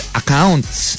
accounts